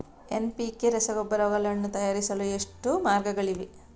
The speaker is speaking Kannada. ಎನ್.ಪಿ.ಕೆ ರಸಗೊಬ್ಬರಗಳನ್ನು ತಯಾರಿಸಲು ಎಷ್ಟು ಮಾರ್ಗಗಳಿವೆ?